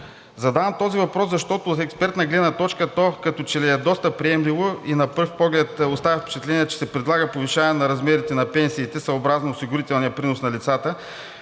Задавам този въпрос, защото от експертна гледна точка то, като че ли е доста приемливо и на пръв поглед оставам с впечатление, че се предлага повишаване на размерите на пенсиите съобразно осигурителния принос на лицата,